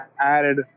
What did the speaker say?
added